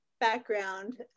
background